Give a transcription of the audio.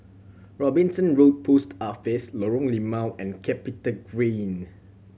Robinson Road Post Office Lorong Limau and CapitaGreen